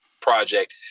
Project